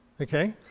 Okay